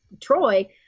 Troy